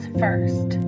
first